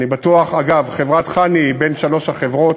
אני בטוח, אגב, חנ"י היא בין שלוש החברות